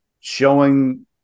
showing